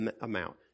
amount